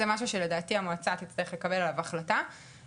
זה משהו שלדעתי המועצה תצטרך לקבל עליו החלטה,